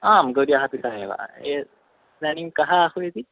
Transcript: आं गौर्याः पिता एव इदानीं कः आह्वयति